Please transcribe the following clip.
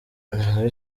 nyandwi